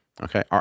Okay